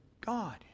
God